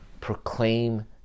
proclaim